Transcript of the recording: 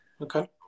Okay